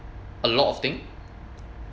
a lot of thing